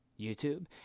YouTube